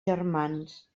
germans